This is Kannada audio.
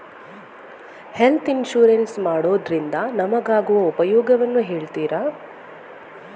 ಹೆಲ್ತ್ ಇನ್ಸೂರೆನ್ಸ್ ಮಾಡೋದ್ರಿಂದ ನಮಗಾಗುವ ಉಪಯೋಗವನ್ನು ಹೇಳ್ತೀರಾ?